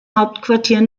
hauptquartier